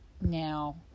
Now